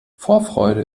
vorfreude